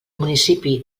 municipi